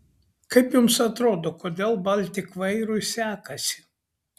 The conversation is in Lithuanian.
kaip jums atrodo kodėl baltik vairui sekasi